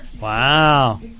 Wow